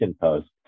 post